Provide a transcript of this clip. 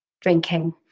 drinking